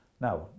Now